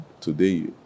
Today